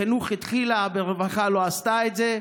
בחינוך, התחילה, ברווחה, לא עשתה את זה.